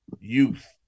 youth